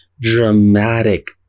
dramatic